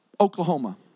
Oklahoma